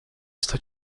está